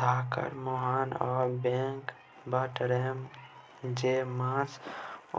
धारक मुहाना आ बैक बाटरमे जे माछ